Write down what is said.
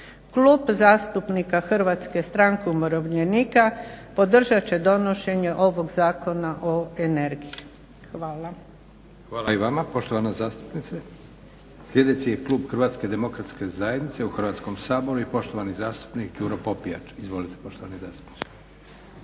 Klub zastupnika Hrvatske stranke umirovljenika podržat će donošenje ovog Zakona o energiji. Hvala. **Leko, Josip (SDP)** Hvala i vama poštovana zastupnice. Sljedeći je klub HDZ-a u Hrvatskom saboru i poštovani zastupnik Đuro Popijač. Izvolite poštovani zastupniče.